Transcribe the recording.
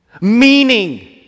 Meaning